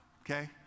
okay